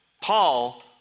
Paul